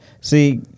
See